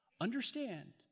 Understand